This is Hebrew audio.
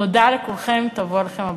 תודה לכולכם, תבוא עליכם הברכה.